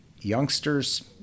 Youngsters